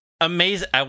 amazing